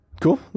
cool